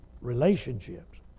relationships